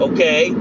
Okay